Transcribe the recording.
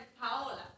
Paola